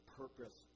purpose